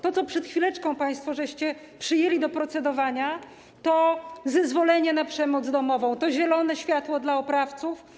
To, co przed chwileczką państwo przyjęliście do procedowania, to zezwolenie na przemoc domową, to zielone światło dla oprawców.